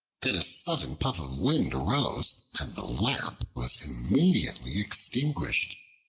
then a sudden puff of wind arose, and the lamp was immediately extinguished.